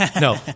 no